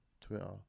Twitter